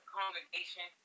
congregation